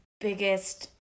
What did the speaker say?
biggest